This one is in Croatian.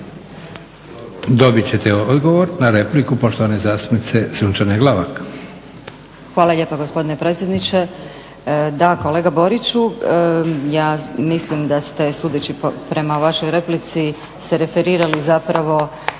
Dobit ćete odgovor na repliku poštovane zastupnice Sunčane Glavak.